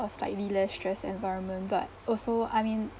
a slightly less stressed environment but also I mean